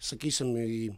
sakysime į